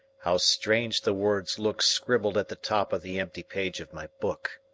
how strange the words look scribbled at the top of the empty page of my book!